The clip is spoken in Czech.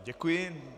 Děkuji.